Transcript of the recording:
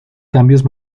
cambios